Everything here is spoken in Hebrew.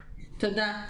בקצרה.